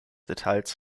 details